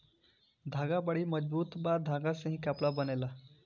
धागा बड़ी मजबूत बा धागा से ही कपड़ा बनेला